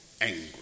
angry